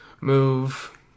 move